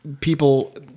People